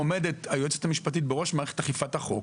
היועצת המשפטית עומדת בראש מערכת אכיפת החוק